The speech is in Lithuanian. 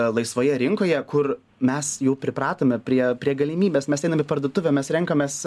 laisvoje rinkoje kur mes jau pripratome prie prie galimybės mes einam į parduotuvę mes renkamės